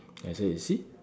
then I say you see